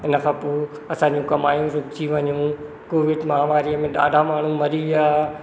उनखां पोइ असांजी कमाइयूं रुकजी वियूं कोविड महामारीअ में ॾाढा माण्हू मरी विया